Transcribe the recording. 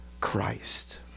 Christ